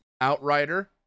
Outrider